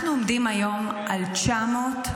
אנחנו עומדים היום על 905